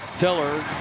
tiller.